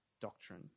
doctrine